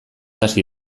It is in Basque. hasi